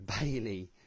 bailey